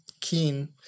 keen